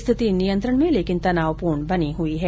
स्थिति नियंत्रण में लेकिन तनावपूर्ण बनी हुई है